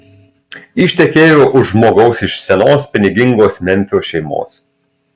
ištekėjo už žmogaus iš senos pinigingos memfio šeimos